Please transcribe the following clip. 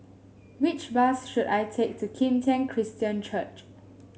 which bus should I take to Kim Tian Christian Church